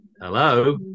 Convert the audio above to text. hello